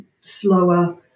slower